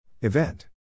Event